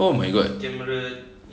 oh my god